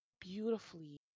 beautifully